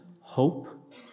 hope